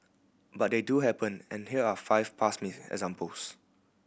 but they do happen and here are five past examples